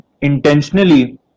intentionally